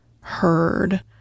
heard